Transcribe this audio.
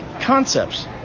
concepts